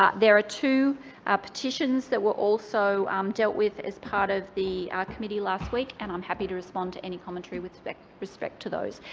ah there are two ah petitions that were also um dealt with as part of the committee last week and i'm happy to respond to any commentary with respect respect to those.